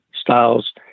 styles